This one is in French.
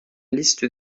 liste